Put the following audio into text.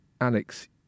Alex